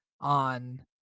on